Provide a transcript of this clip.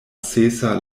sesa